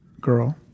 girl